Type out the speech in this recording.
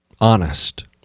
honest